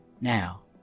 Now